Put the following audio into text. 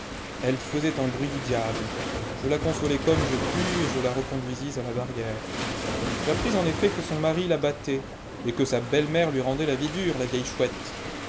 elle faisait un bruit du diable je la consolai comme je pus et je la reconduisis à la barrière j'appris en efiet que son mari la battait et que sa belle-mère lui rendait la vie dure la vieille chouette